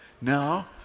now